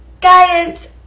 guidance